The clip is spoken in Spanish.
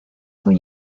con